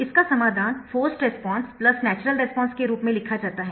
इसका समाधान forced response natural response के रूप में लिखा जाता है